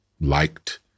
liked